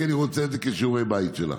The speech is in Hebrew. כי אני רוצה את זה כשיעורי בית שלך.